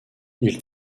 ils